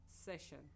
session